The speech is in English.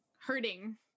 hurting